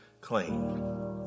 clean